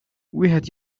wieħed